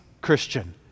Christian